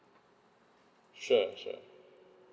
sure sure